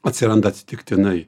atsiranda atsitiktinai